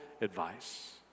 advice